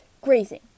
grazing